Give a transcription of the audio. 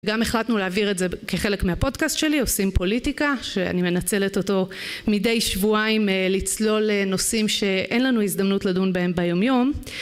גם החלטנו להעביר את זה כחלק מהפודקאסט שלי "עושים פוליטיקה" שאני מנצלת אותו מדי שבועיים לצלול לנושאים שאין לנו הזדמנות לדון בהם ביומיום